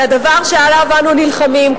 כי הדבר שעליו אנו נלחמים,